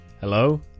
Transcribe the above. Hello